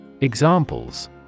Examples